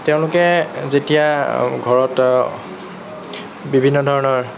তেওঁলোকে যেতিয়া ঘৰত বিভিন্ন ধৰণৰ